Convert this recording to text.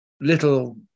little